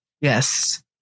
Yes